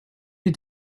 you